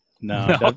no